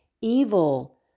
evil